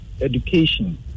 education